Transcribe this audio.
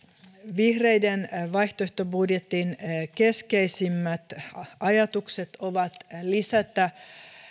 vihreiden vaihtoehtobudjetin keskeisimmät ajatukset ovat lisätä